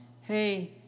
hey